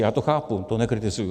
Já to chápu, to nekritizuji.